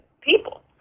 people